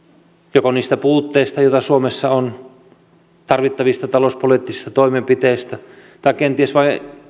joko niistä puutteista joita suomessa on tarvittavista talouspoliittisista toimenpiteistä tai kenties vain